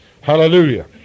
Hallelujah